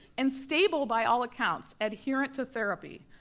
and stable by all accounts, adherent to therapy.